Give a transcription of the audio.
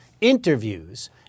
interviews